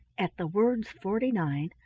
at the words forty-nine,